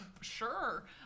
sure